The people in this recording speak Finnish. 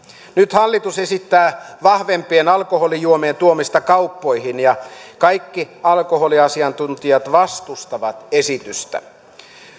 nyt hallitus esittää vahvempien alkoholijuomien tuomista kauppoihin ja kaikki alkoholiasiantuntijat vastustavat esitystä